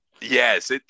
yes